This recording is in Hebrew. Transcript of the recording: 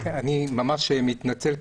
אני ממש מתנצל,